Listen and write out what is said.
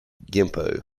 gimpo